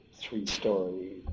three-story